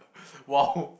!wow!